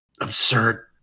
absurd